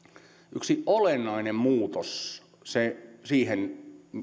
yksi olennainen muutos siihen